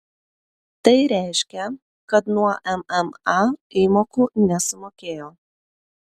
tai reiškia kad nuo mma įmokų nesumokėjo